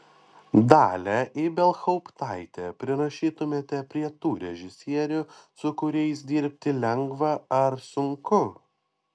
dalią ibelhauptaitę prirašytumėte prie tų režisierių su kuriais dirbti lengva ar sunku